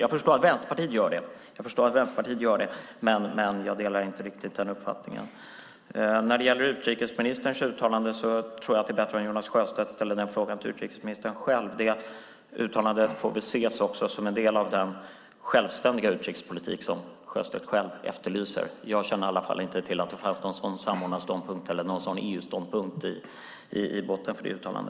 Jag förstår att Vänsterpartiet gör det, men jag delar inte riktigt denna uppfattning. När det gäller utrikesministerns uttalande tror jag att det är bättre om Jonas Sjöstedt ställer frågan till utrikesministern själv. Uttalandet får väl också ses som en del av den självständiga utrikespolitik som Sjöstedt själv efterlyser. Jag känner i alla fall inte till att det fanns någon samordnad ståndpunkt eller någon EU-ståndpunkt i botten för detta uttalande.